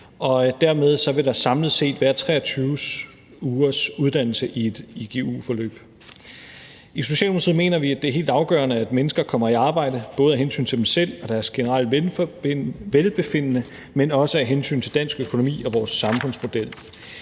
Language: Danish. og dermed vil der samlet set være 23 ugers uddannelse i et igu-forløb. I Socialdemokratiet mener vi, at det er helt afgørende, at mennesker kommer i arbejde, både af hensyn til dem selv og deres generelle velbefindende, men også af hensyn til dansk økonomi og vores samfundsmodel.